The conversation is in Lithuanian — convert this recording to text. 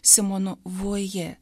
simonu voje